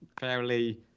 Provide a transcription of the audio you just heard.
fairly